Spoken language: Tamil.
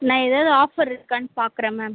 நான் ஏதாவது ஆஃபர் இருக்கான்னு பார்க்குறேன் மேம்